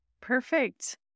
Perfect